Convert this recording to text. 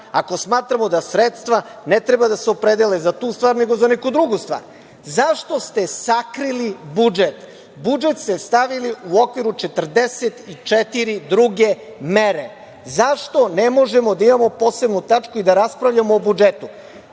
Ako smatramo da sredstva ne treba da se opredele za tu stvar, nego za neku drugu stvar. Zašto ste sakrili budžet? Budžet ste stavili u okviru 44, druge mere? Zašto ne možemo da imamo posebnu tačku i da raspravljamo o budžetu?